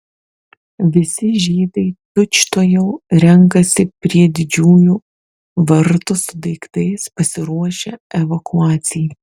visi žydai tučtuojau renkasi prie didžiųjų vartų su daiktais pasiruošę evakuacijai